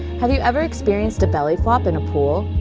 have you ever experienced a belly flop in a pool?